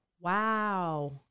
Wow